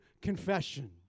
confession